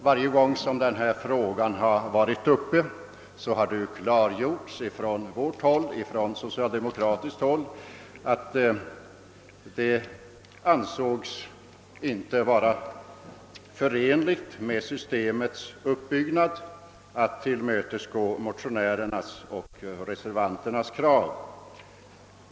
Varje gång som denna fråga varit uppe har det klargjorts från socialdemokratiskt håll att det inte ansågs vara förenligt med systemets uppbyggnad att tillmötesgå motionärernas och reservanternas krav.